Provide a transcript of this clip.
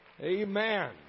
Amen